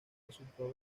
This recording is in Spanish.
resultó